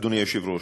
אדוני היושב-ראש,